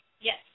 Yes